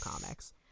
comics